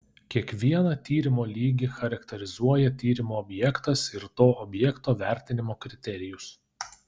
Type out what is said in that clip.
kiekvieną tyrimo lygį charakterizuoja tyrimo objektas ir to objekto vertinimo kriterijus